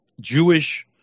jewish